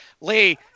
Lee